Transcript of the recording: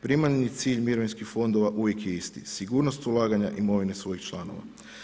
Primarni cilj mirovinskih fondova uvijek je isti, sigurnost ulaganja imovine svojih članova.